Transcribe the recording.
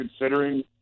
considering